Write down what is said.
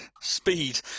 Speed